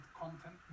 content